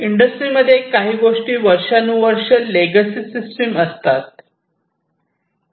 इंडस्ट्रीमध्ये काही गोष्टी वर्षानुवर्ष म्हणजेच लेगसी सिस्टम असतात